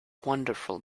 wonderful